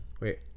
Wait